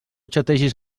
xategis